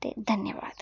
ते धन्यवाद